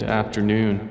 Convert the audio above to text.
afternoon